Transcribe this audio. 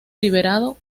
liberado